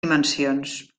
dimensions